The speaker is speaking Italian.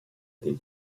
del